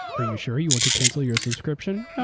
are you sure you want to cancel your subscription?